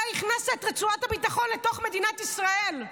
אתה הכנסת את רצועת הביטחון לתוך מדינת ישראל.